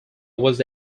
was